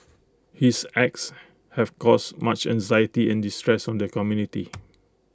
his acts have caused much anxiety and distress on the community